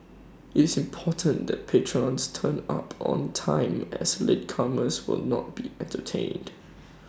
IT is important that patrons turn up on time as latecomers will not be entertained